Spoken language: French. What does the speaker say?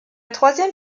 troisième